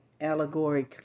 allegory